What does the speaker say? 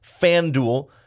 FanDuel